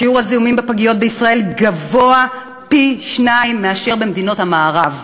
שיעור הזיהומים בפגיות בישראל גבוה פי-שניים מאשר במדינות המערב,